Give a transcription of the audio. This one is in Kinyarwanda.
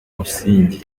umusingi